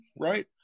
right